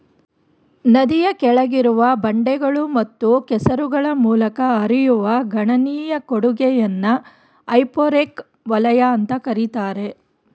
ನದಿಯ ಕೆಳಗಿರುವ ಬಂಡೆಗಳು ಮತ್ತು ಕೆಸರುಗಳ ಮೂಲಕ ಹರಿಯುವ ಗಣನೀಯ ಕೊಡುಗೆಯನ್ನ ಹೈಪೋರೆಕ್ ವಲಯ ಅಂತ ಕರೀತಾರೆ